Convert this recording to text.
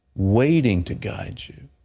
waiting to guide you,